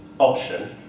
option